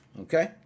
okay